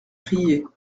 riait